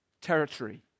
territory